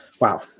Wow